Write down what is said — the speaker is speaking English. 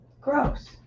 Gross